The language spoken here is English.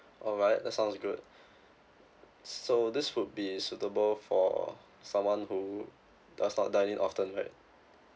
alright that sounds good so this would be suitable for someone who does not dining often right